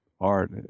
art